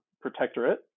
Protectorate